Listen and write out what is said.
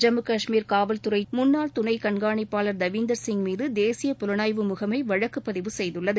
ஜம்மு காஷ்மீர் காவல்துறை முன்னாள் துணை கண்காணிப்பாளர் தேவிந்தர் சிங் மீது தேசிய புலனாய்வு முகமை வழக்குப் பதிவு செய்துள்ளது